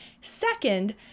Second